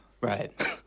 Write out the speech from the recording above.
Right